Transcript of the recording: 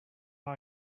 how